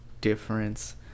difference